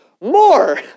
More